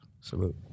Salute